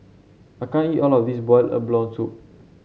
I can't eat all of this Boiled Abalone Soup